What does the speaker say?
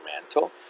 mantle